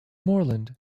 moreland